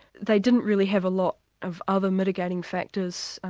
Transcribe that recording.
they didn't really have a lot of other mitigating factors.